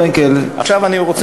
עכשיו אני רוצה,